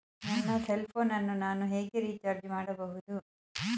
ನನ್ನ cell phone ಅನ್ನು ನಾನು ಹೇಗೆ ರಿಚಾರ್ಜ್ ಮಾಡಬಹುದು?